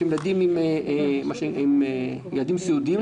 ילדים סיעודיים,